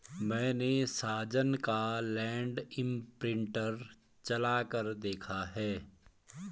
मैने साजन का लैंड इंप्रिंटर चलाकर देखा है